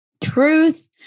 truth